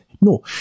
No